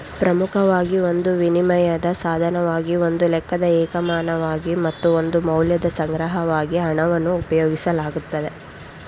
ಪ್ರಮುಖವಾಗಿ ಒಂದು ವಿನಿಮಯದ ಸಾಧನವಾಗಿ ಒಂದು ಲೆಕ್ಕದ ಏಕಮಾನವಾಗಿ ಮತ್ತು ಒಂದು ಮೌಲ್ಯದ ಸಂಗ್ರಹವಾಗಿ ಹಣವನ್ನು ಉಪಯೋಗಿಸಲಾಗುತ್ತೆ